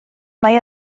mae